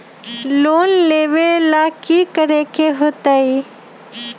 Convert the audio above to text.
Loan लेवेला की करेके होतई?